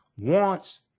wants